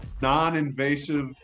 non-invasive